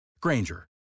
Granger